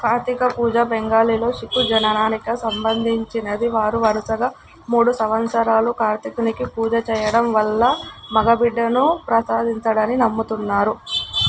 కార్తీక పూజ బెంగాలీలో శిశు జననానికి సంబంధించినది వారు వరుసగా మూడు సంవత్సరాలు కార్తీకునికి పూజ చెయ్యడం వల్ల మగ బిడ్డను ప్రసాదిస్తాడని నమ్ముతున్నారు